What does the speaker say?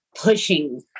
pushing